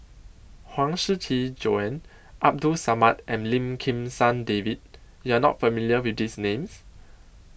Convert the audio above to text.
Huang Shiqi Joan Abdul Samad and Lim Kim San David YOU Are not familiar with These Names